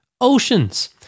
Oceans